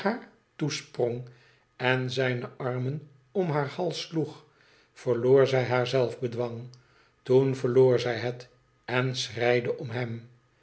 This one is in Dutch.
toesprong en zijne armen om haar hals sloeg verloor zij haar zelfbedwang toen verloor zij het en schreide om hem